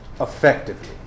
effectively